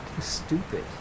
stupid